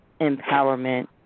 empowerment